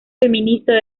feminista